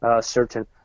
certain